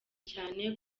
cyane